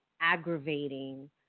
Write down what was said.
aggravating